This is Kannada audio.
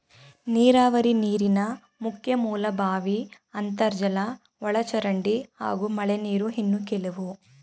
ನೀರಾವರಿ ನೀರಿನ ಮುಖ್ಯ ಮೂಲ ಬಾವಿ ಅಂತರ್ಜಲ ಒಳಚರಂಡಿ ಹಾಗೂ ಮಳೆನೀರು ಇನ್ನು ಕೆಲವು